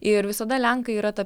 ir visada lenkai yra ta